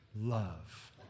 Love